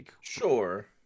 sure